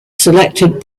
selected